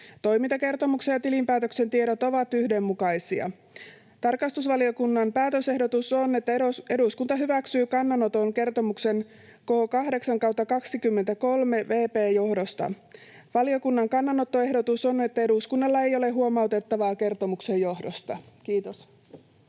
Toimintakertomuksen ja tilinpäätöksen tiedot ovat yhdenmukaisia. Tarkastusvaliokunnan päätösehdotus on, että eduskunta hyväksyy kannanoton kertomuksen K 8/23 vp johdosta. Valiokunnan kannanottoehdotus on, että eduskunnalla ei ole huomautettavaa kertomuksen johdosta. — Kiitos.